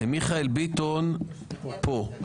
מיכאל ביטון פה.